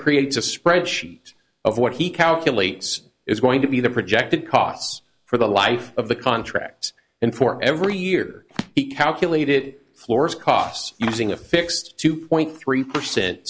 spreadsheet of what he calculates is going to be the projected costs for the life of the contract and for every year he calculated floors cost using a fixed two point three percent